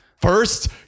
first